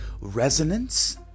resonance